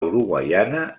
uruguaiana